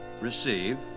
receive